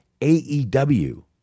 AEW